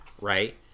right